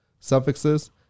suffixes